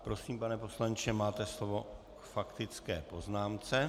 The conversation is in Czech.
Prosím, pane poslanče, máte slovo k faktické poznámce.